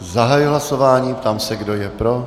Zahajuji hlasování, ptám se, kdo je pro.